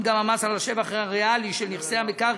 גם את המס על השבח הריאלי של נכסי המקרקעין